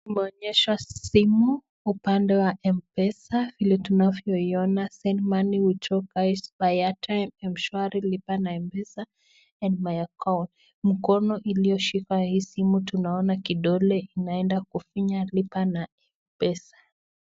Tumeonyeshwa simu upande wa mpesa vile tunavyoiona send money , buy airtime lipa na mpesa, mshwari and my account mkono iliyoshika hii simu tunaona ni kidole imeenda kuvunya lipa na mpesa.